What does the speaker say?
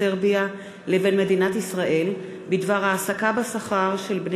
סרביה לבין מדינת ישראל בדבר העסקה בשכר של בני